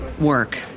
work